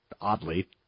oddly